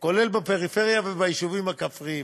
כולל בפריפריה וביישובים הכפריים.